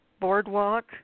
Boardwalk